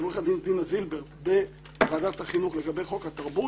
של עו"ד דינה זילבר בוועדת החינוך לגבי חוק הנאמנות בתרבות